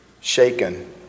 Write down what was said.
shaken